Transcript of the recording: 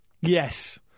Yes